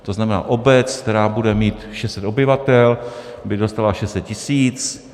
To znamená, obec, která bude mít 600 obyvatel, by dostala 600 tisíc.